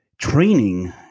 training